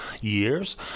years